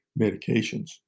medications